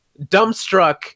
dumbstruck